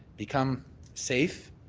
become safe,